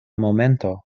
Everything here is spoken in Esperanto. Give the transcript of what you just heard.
momento